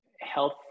health